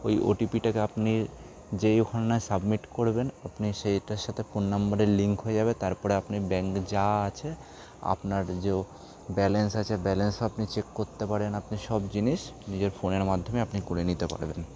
ওই ওটিপিটাকে আপনি যেই ওখানে সাবমিট করবেন আপনি সেটার সাথে ফোন নম্বরের লিঙ্ক হয়ে যাবে তারপর আপনি ব্যাঙ্ক যা আছে আপনার যে ব্যালেন্স আছে ব্যালেন্সও আপনি চেক করতে পারেন আপনি সব জিনিস নিজের ফোনের মাধ্যমে আপনি করে নিতে পারবেন